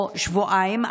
או שבועיים,